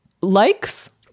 likes